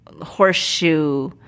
horseshoe